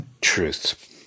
truth